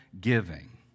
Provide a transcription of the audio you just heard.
giving